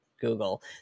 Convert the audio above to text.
Google